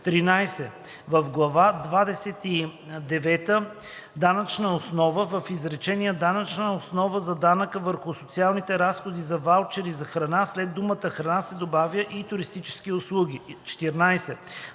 основа“ в изречението „Данъчна основа за данъка върху социалните разходи за ваучери за храна“ след думата „храна“ се добавя и „туристически услуги“; 14.